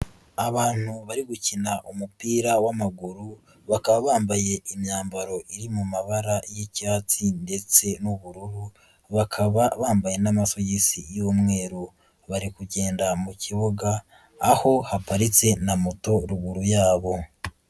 Abantu bari gukina umupira w'amaguru bakaba bambaye imyambaro iri mu mabara y'icyatsi ndetse n'ubururu, bakaba bambaye n'amasogisi y'umweru bari kugenda mu kibuga aho haparitse na moto ruguru yabo.